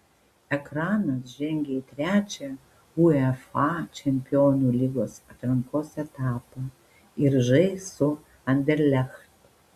ekranas žengė į trečią uefa čempionų lygos atrankos etapą ir žais su anderlecht